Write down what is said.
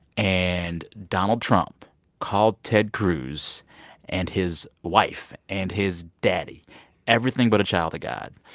and donald trump called ted cruz and his wife and his daddy everything but a child of god.